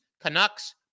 Canucks